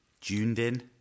Dunedin